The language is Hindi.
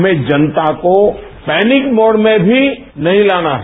हमें जनता को पैनिक मोड में भी नहीं लाना है